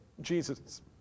Jesus